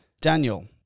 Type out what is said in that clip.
Daniel